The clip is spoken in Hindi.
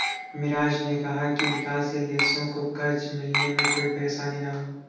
मिराज ने कहा कि विकासशील देशों को कर्ज मिलने में कोई परेशानी न हो